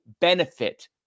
benefit